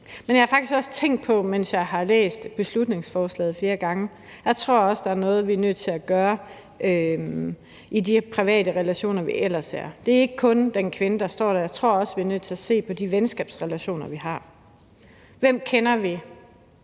den. Jeg har faktisk også flere gange, mens jeg har læst beslutningsforslaget, tænkt på, at der er noget, vi er nødt til at gøre i de private relationer, vi ellers er i. Det handler ikke kun om den kvinde, der står der; jeg tror også, vi er nødt til at se på de venskabsrelationer, vi har. Hvem kender vi,